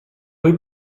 rues